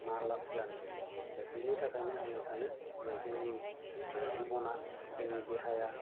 मा लाब जानो दा बिनि थाखायनो आङो सानो जे जोंनि जिबना जोंनि देहाया